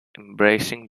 embracing